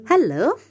Hello